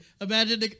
imagine